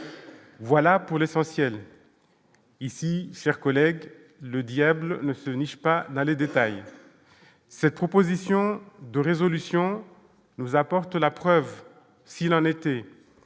Voilà pour l'essentiel ici, chers collègues, le diable ne se niche pas dans les détails, cette proposition de résolution nous apporte la preuve s'il en était,